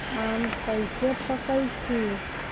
आम कईसे पकईछी?